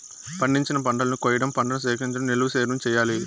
పండించిన పంటలను కొయ్యడం, పంటను సేకరించడం, నిల్వ చేయడం చెయ్యాలి